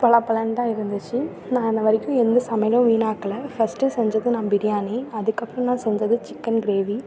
பொல பொலன்னு தான் இருந்துச்சு நான் இன்ன வரைக்கும் எந்த சமையலும் வீணாக்கலை ஃபஸ்ட்டு செஞ்சது நான் பிரியாணி அதுக்கப்றம் நான் செஞ்சது சிக்கன் கிரேவி